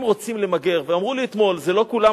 אם רוצים למגר, ואמרו לי אתמול: זה לא כולם.